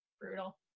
brutal